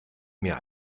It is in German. mir